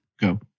Go